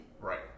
Right